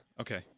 Okay